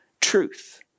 truth